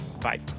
bye